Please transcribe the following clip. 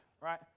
right